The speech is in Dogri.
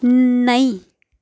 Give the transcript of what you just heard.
नेईं